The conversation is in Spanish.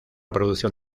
producción